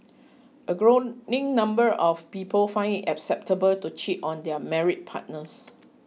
a growing number of people find it acceptable to cheat on their married partners